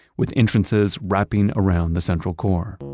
with entrances wrapping around the central core.